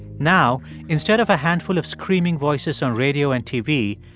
now instead of a handful of screaming voices on radio and tv,